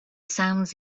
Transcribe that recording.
sounds